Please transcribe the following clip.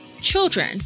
children